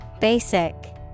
Basic